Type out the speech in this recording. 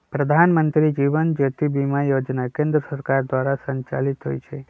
प्रधानमंत्री जीवन ज्योति बीमा जोजना केंद्र सरकार द्वारा संचालित होइ छइ